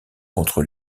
contre